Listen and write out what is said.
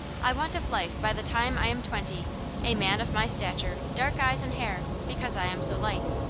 i want of life by the time i am twenty a man of my stature, dark eyes and hair, because i am so light.